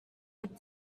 had